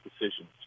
decisions